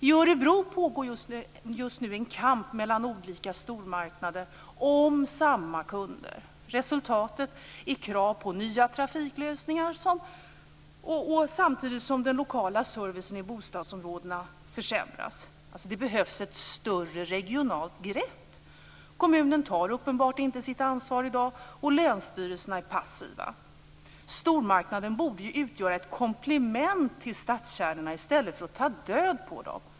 I Örebro pågår just nu en kamp mellan olika stormarknader om samma kunder. Resultatet är krav på nya trafiklösningar samtidigt som den lokala servicen i bostadsområdena försämras. Det behövs alltså ett större regionalt grepp. Kommunen tar uppenbart inte sitt ansvar i dag, och länsstyrelserna är passiva. Stormarknaden borde ju utgöra ett komplement till stadskärnorna i stället för att ta död på dem.